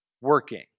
working